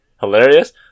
Hilarious